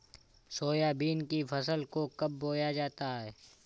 Soybean की फसल को कब बोया जाता है?